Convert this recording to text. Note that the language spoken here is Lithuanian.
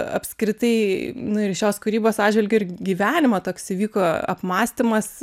apskritai nu ir šios kūrybos atžvilgiu ir gyvenimo toks įvyko apmąstymas